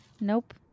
Nope